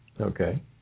Okay